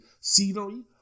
scenery